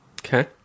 Okay